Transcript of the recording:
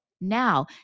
now